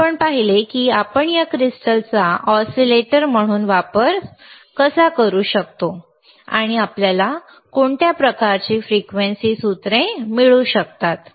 मग आपण पाहिले की आपण या क्रिस्टलचा ऑसीलेटर म्हणून कसा वापर करू शकतो आणि आपल्याला कोणत्या प्रकारची फ्रिक्वेंसी सूत्रे मिळू शकतात